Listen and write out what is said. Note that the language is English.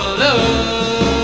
love